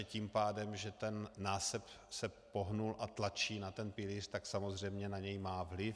Tím pádem, že násep se pohnul a tlačí na pilíř, tak samozřejmě na něj má vliv.